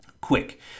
Quick